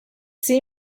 see